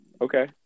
Okay